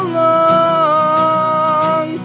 long